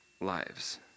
lives